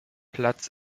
platz